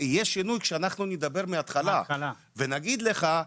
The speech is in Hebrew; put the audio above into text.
יהיה שינוי כשאנחנו נדבר מהתחלה ונגיד לך,